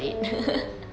mm